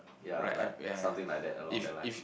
ya like something like that along that line